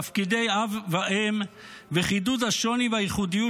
תפקידי אב ואם וחידוד השוני והייחודיות